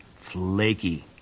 flaky